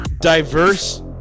diverse